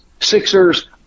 Sixers